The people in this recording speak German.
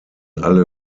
alle